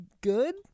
good